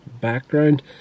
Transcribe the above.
background